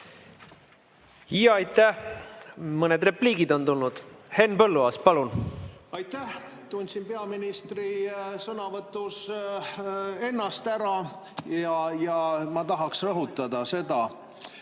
Aitäh! Mõned repliigid on tulnud. Henn Põluaas, palun! Tundsin peaministri sõnavõtus ennast ära ja ma tahaksin rõhutada seda,